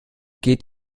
geht